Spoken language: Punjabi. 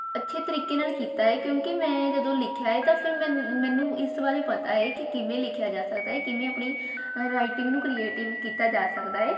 ਅੱਛੇ ਤਰੀਕੇ ਨਾਲ ਕੀਤਾ ਏ ਕਿਉਂਕਿ ਮੈਂ ਜਦੋਂ ਲਿਖਿਆ ਏ ਤਾਂ ਫਿਰ ਮੈਨੂੰ ਇਸ ਬਾਰੇ ਪਤਾ ਏ ਕਿ ਕਿਵੇਂ ਲਿਖਿਆ ਜਾ ਸਕਦਾ ਕਿਵੇਂ ਆਪਣੀ ਰਾਈਟਿੰਗ ਨੂੰ ਕ੍ਰੀਏਟਿਵ ਕੀਤਾ ਜਾ ਸਕਦਾ ਏ